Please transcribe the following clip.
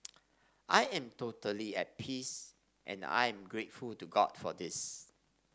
I am totally at peace and I'm grateful to God for this